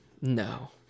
No